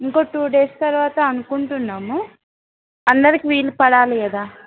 ఇంకో two days తర్వాత అనుకుంటున్నాము అందరికి వీలు పడాలి కదా